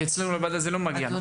כי זה לא מגיע אלינו